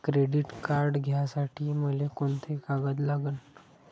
Credit card घ्यासाठी मले कोंते कागद लागन?